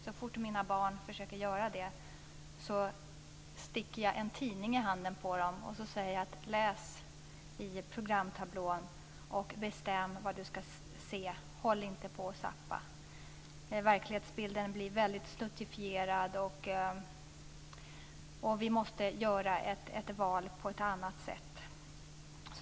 Så fort mina barn försöker göra det sticker jag en tidning i handen på dem och säger: Läs i programtablån och bestäm vad du ska se. Håll inte på och zappa. Verklighetsbilden blir väldigt snuttifierad. Vi måste göra ett val på ett annat sätt.